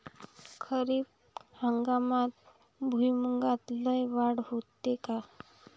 खरीप हंगामात भुईमूगात लई वाढ होते का?